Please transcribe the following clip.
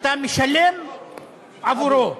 שאתה משלם עבורו.